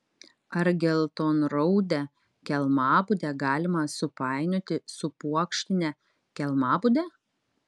ar geltonraudę kelmabudę galima supainioti su puokštine kelmabude